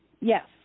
Yes